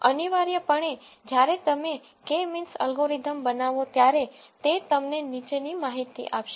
અનિવાર્યપણે જ્યારે તમે k મીન્સ એલ્ગોરિધમ બનાવો ત્યારે તે તમને નીચેની માહિતી આપશે